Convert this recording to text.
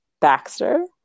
Baxter